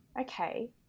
Okay